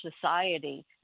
society